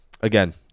again